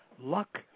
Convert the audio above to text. Luck